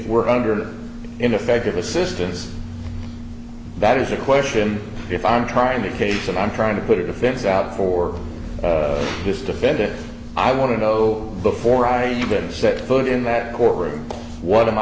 were under ineffective assistance that is a question if i'm trying the case and i'm trying to put it defense out for this defendant i want to know before i even set foot in that courtroom what am i